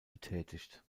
betätigt